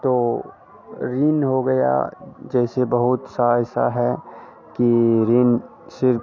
तो ऋण हो गया जैसे बहुत सा ऐसा है कि ऋण सिर्फ